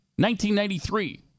1993